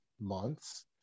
months